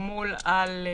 נשמר אצלנו אחר כך.